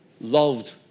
Loved